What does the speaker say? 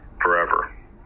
forever